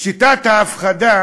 שיטת ההפחדה